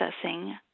processing